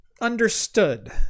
understood